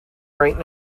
right